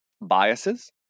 biases